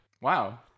Wow